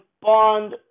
Bond